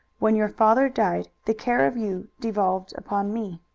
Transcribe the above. when your father died the care of you devolved upon me.